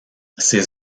ces